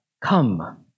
come